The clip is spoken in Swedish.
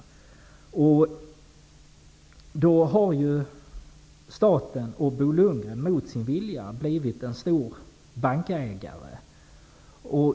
Staten, och Bo Lundgren, har ju mot sin vilja blivit en stor bankägare.